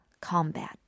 combat